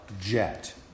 jet